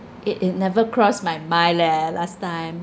it it never crossed my mind leh last time